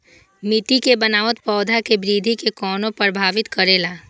मिट्टी के बनावट पौधा के वृद्धि के कोना प्रभावित करेला?